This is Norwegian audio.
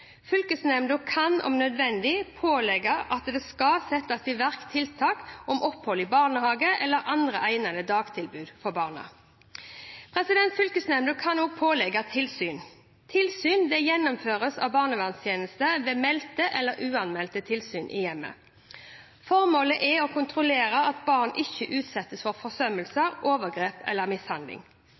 Fylkesnemnda kan om nødvendig pålegge at det skal settes i verk tiltak som opphold i barnehage eller annet egnet dagtilbud for barnet. Fylkesnemnda kan også pålegge tilsyn. Tilsyn gjennomføres av barnevernstjenesten ved meldte eller uanmeldte tilsyn i hjemmet. Formålet er å kontrollere at barn ikke utsettes for forsømmelser, overgrep eller mishandling.